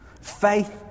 Faith